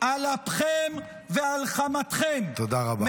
על אפכם ועל חמתכם -- תודה רבה.